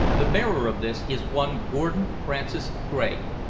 the bearer of this is one gordon francis gregg,